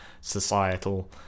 societal